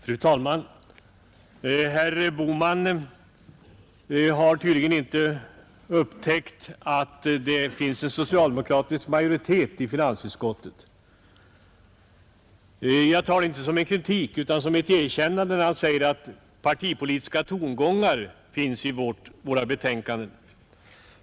Fru talman! Herr Bohman har tydligen inte upptäckt att det finns en socialdemokratisk majoritet i finansutskottet. Jag tar det inte som en kritik, utan som ett erkännande, när han säger att partipolitiska tongångar finns i våra betänkanden.